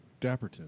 Dapperton